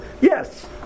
yes